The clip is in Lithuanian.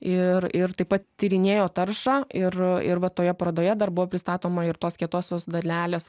ir ir taip pat tyrinėjo taršą ir ir va toje parodoje dar buvo pristatoma ir tos kietosios dalelės